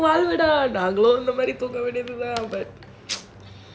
நானும் உன்ன மாதிரி தூங்குறவதான்:naanum unna maadhiri thoonguravathaan